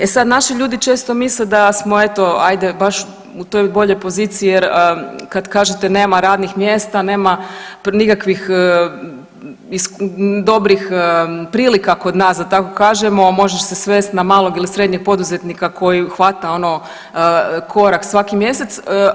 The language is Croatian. E sad naši ljudi često misle da smo eto ajde baš u toj boljoj poziciji jer kad kažete nema radnih mjesta, nema nikakvih dobrih prilika kod nas da tako kažemo možeš se svest na malog ili srednjeg poduzetnika koji hvata ono korak svaki mjesec.